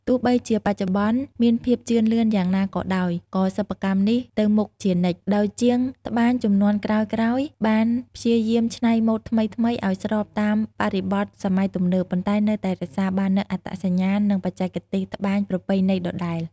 ទោះបីជាបច្ចុប្បន្នមានភាពជឿនលឿនយ៉ាងណាក៏ដោយ ក៏សិប្បកម្មនេះទៅមុខជានិច្ច ដោយជាងត្បាញជំនាន់ក្រោយៗបានព្យាយាមច្នៃម៉ូដថ្មីៗ ឱ្យស្របតាមបរិបទសម័យទំនើប ប៉ុន្តែនៅតែរក្សាបាននូវអត្តសញ្ញាណ និងបច្ចេកទេសត្បាញប្រពៃណីដដែល។